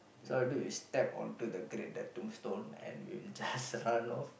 so either we step onto the grave that tombstone and we'll just run off